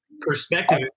Perspective